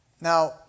Now